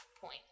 point